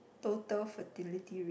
total fertility rate